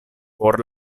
por